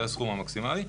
זה הסכום המקסימלי.